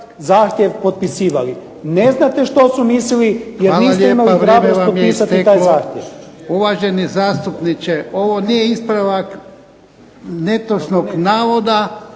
zahtjev potpisivali. Ne znate što su mislili jer niste imali hrabrost potpisati taj zahtjev. **Jarnjak, Ivan (HDZ)** Hvala lijepa, vrijeme vam je isteklo. Uvaženi zastupniče, ovo nije ispravak netočnog navoda,